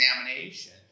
examination